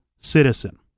citizen